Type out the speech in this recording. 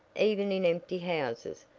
even in empty houses.